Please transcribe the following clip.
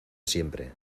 siempre